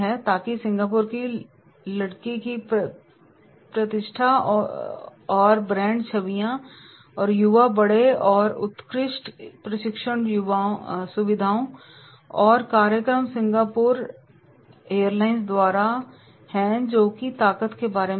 ताकत सिंगापुर की लड़की की प्रतिष्ठा और ब्रांड छवियां हैं युवा बेड़े और उत्कृष्ट प्रशिक्षण सुविधाएं और कार्यक्रम सिंगापुर एयरलाइंस द्वारा हैं जो कि ताकत के बारे में हैं